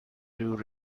and